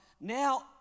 Now